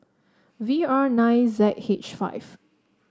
V R nine Z H five